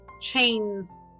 chains